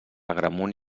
agramunt